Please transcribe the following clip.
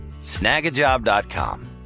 Snagajob.com